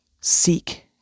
seek